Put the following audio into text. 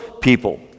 people